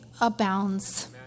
abounds